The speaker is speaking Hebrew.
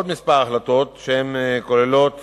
עוד כמה החלטות שכוללות